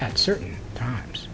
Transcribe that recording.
at certain times